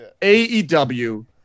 AEW